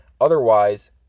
Otherwise